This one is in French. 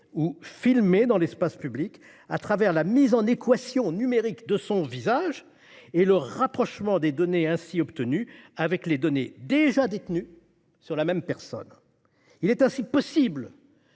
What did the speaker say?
ou filmée dans l'espace public au travers de la mise en équations numériques de son visage et le rapprochement des données ainsi obtenues avec les données déjà détenues sur la même personne. Il est ainsi possible